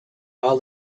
all